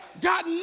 God